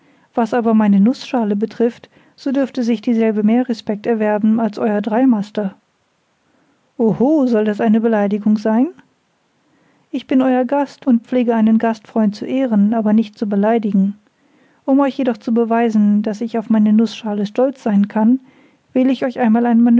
was aber meine nußschale betrifft so dürfte sich dieselbe mehr respekt erwerben als euer dreimaster oho soll das eine beleidigung sein ich bin euer gast und pflege einen gastfreund zu ehren aber nicht zu beleidigen um euch jedoch zu beweisen daß ich auf meine nußschale stolz sein kann will ich euch einmal ein